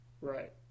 Right